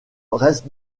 reste